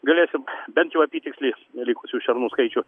galėsim bent jau apytiksliai likusių šernų skaičių